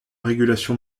régulation